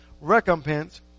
recompense